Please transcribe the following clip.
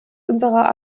unserer